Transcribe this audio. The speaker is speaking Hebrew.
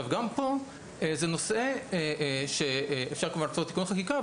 גם פה זה נושא שאפשר כמובן לעשות תיקון חקיקה,